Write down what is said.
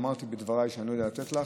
אמרתי בדבריי שאני לא יודע לתת לך,